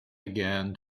again